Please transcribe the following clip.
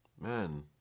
man